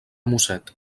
mosset